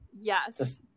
yes